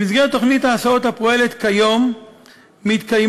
במסגרת תוכנית ההסעות הפועלת כיום מתקיימות